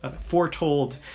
foretold